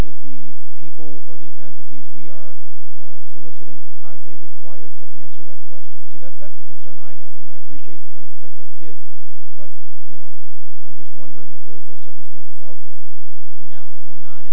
is the people or the entities we are soliciting are they required to answer that question see that's that's the concern i have and i appreciate trying to protect our kids but you know i'm just wondering if there's those circumstances out there no i